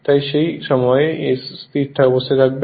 তাই সেই সময়ে s স্থির অবস্থায় এক হবে